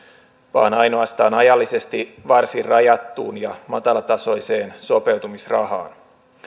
vaan ainoastaan ajallisesti varsin rajattuun ja matalatasoiseen sopeutumisrahaan